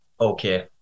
Okay